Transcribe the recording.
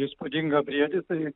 įspūdingą briedį tai